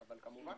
אבל כמובן.